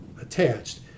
attached